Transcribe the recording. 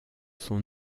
son